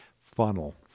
funnel